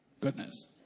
goodness